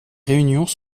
réunions